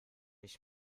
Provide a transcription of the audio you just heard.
ich